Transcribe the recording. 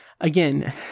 again